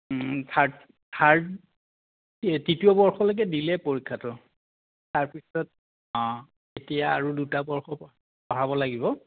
third third তৃতীয় বৰ্ষলৈকে দিলে পৰীক্ষাটো তাৰপিছত অঁ এতিয়া আৰু দুটা বৰ্ষ পঢ়াব লাগিব